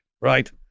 Right